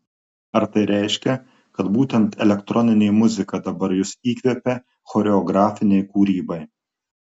ar tai reiškia kad būtent elektroninė muzika dabar jus įkvepia choreografinei kūrybai